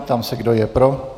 Ptám se, kdo je pro.